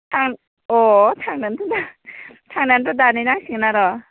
थां अ' थांनानै थ' दा थांनानै थ' दानहैनांसिगोन आरो